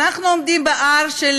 אנחנו עומדים בתל-ערד,